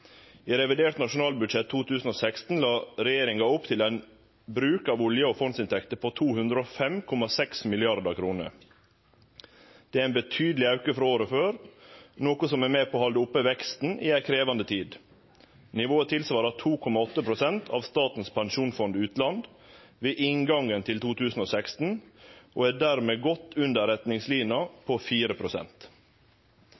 I revidert nasjonalbudsjett 2016 la regjeringa opp til ein bruk av olje- og fondsinntekter på 205,6 mrd. kr. Det er ein betydeleg auke frå året før, noko som er med på å halde oppe veksten i ei krevjande tid. Nivået svarer til 2,8 pst. av Statens pensjonsfond utland ved inngangen til 2016 og er dermed godt under